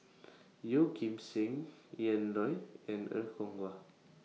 Yeoh Ghim Seng Ian Loy and Er Kwong Wah